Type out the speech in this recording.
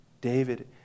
David